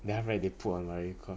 then after that they put in my record